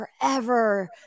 forever